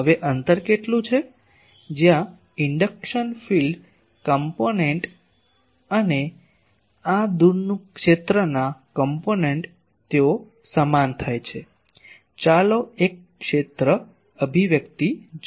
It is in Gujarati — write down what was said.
હવે અંતર કેટલું છે જ્યાં આ ઇન્ડક્શન ફીલ્ડ ઘટકો અને આ દુરનું ક્ષેત્રના ઘટકો તેઓ સમાન થાય છે ચાલો એક ક્ષેત્ર અભિવ્યક્તિ જોઈએ